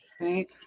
right